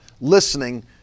listening